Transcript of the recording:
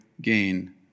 gain